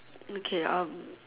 okay um